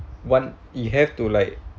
one you have to like